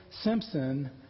Simpson